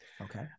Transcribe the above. Okay